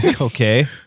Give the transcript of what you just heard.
Okay